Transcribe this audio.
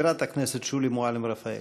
חברת הכנסת שולי מועלם-רפאלי.